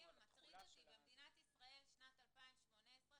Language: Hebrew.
--- זה מתועד,